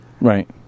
right